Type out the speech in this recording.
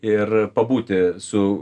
ir pabūti su